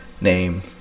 name